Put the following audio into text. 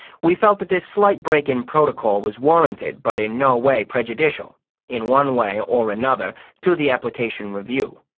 we felt that this slight break in protocol was warranted but in no way prejudicial in one way or another to the application review.